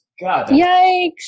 Yikes